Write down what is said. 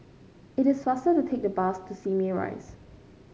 it is faster to take the bus to Simei Rise